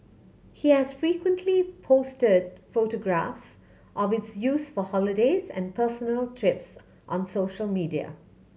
he has frequently posted photographs of its use for holidays and personal trips on social media